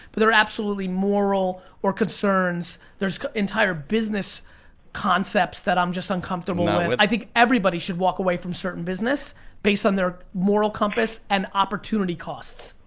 but there are absolutely moral or concerns. there's entire business concepts that i'm just uncomfortable with. and i think everybody should walk away from certain business based on their moral compass and opportunity costs.